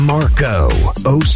Marco